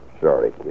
sorry